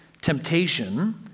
temptation